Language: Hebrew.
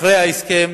אחרי ההסכם,